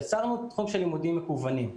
יצרנו תחום של לימודים מקוונים.